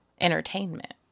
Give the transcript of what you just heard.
entertainment